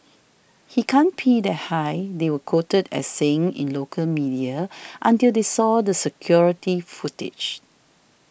he can't pee that high they were quoted as saying in local media until they saw the security footage